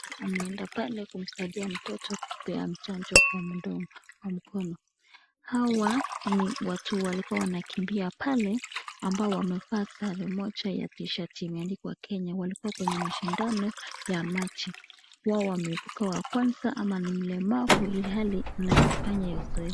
Ameenda pale kumsaidia mtoto kumpea chanjo kwa mdomo na mkono. Hawa ni watu walikuwa wanakimbia pale, ambao wamevaa sare moja ya shati imeandikwa Kenya walikuwa kwa mashindano ya maji wao wameepuka wa kwanza ama ni mlemavu ilhali amefanya hiyo zoezi.